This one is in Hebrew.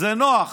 זה נוח